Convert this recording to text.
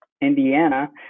Indiana